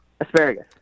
Asparagus